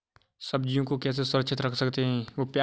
सब्जियों को कैसे सुरक्षित रख सकते हैं?